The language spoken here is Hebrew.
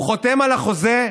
הוא חותם על החוזה,